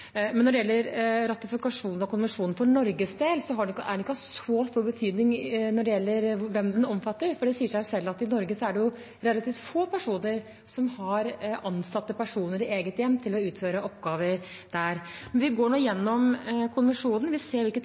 Når det gjelder ratifikasjon av konvensjonen for Norges del, er det ikke av så stor betydning hvem den omfatter, for det sier seg jo selv at i Norge er det relativt få personer som har ansatt personer i eget hjem for å utføre oppgaver der. Men vi går nå igjennom konvensjonen. Vi ser hvilke